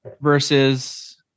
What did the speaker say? versus